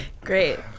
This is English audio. Great